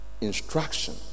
instruction